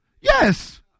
Yes